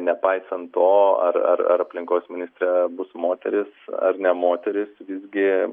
nepaisant to ar ar ar aplinkos ministrė bus moteris ar ne moteris visgi